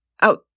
out